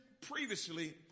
previously